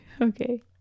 Okay